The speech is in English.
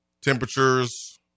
temperatures